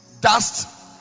Dust